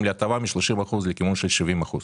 להטבה מ-30 אחוזים לכיוון של 70 אחוזים.